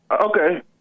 Okay